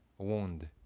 Wound